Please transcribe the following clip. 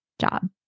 job